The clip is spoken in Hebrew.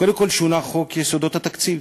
קודם כול, שונה חוק יסודות התקציב,